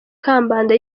kambanda